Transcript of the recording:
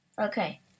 Okay